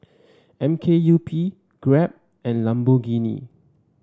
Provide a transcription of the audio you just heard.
M K U P Grab and Lamborghini